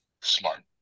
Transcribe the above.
smart